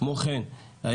כמו כן אמרתי,